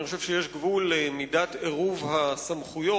אני חושב שיש גבול למידת עירוב הסמכויות